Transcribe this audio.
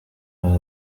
rwa